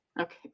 Okay